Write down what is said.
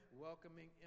welcoming